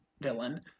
villain